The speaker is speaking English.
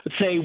say